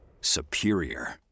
Superior